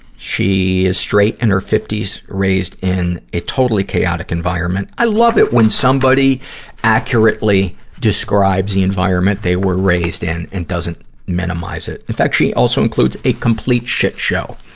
she is straight, in her fifty s, raised in a totally chaotic environment. i love it when somebody accurately describes the environment they were raised in and doesn't minimize it. in fact, she also includes a complete shit show.